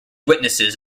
witnesses